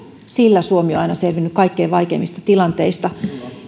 sillä suomi on aina selvinnyt kaikkein vaikeimmista tilanteista